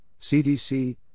CDC